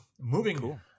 moving